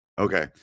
Okay